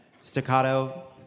Staccato